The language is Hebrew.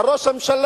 על ראש הממשלה.